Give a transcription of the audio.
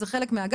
זה חלק מהגל,